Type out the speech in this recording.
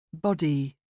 Body